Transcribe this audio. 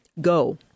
go